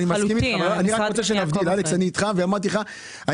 אני איתך,